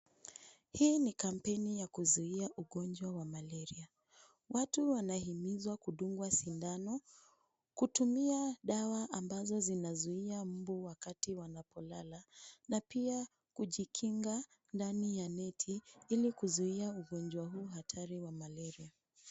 Hii ni kampeni ya kuzuia ugonjwa wa malaria . Watu wanahimizwa kudungwa sindano kutumia dawa ambazo zinazuia mbu wakati wanapolala na pia kujikinga ndani ya neti ili kuzuia ugonjwa huu hatari wa malaria .